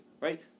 right